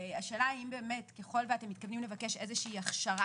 השאלה אם באמת ככל שאתם מתכוונים לבקש איזה שהיא הכשרה